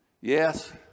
Yes